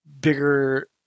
bigger